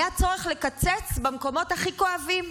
היה צורך לקצץ במקומות הכי כואבים.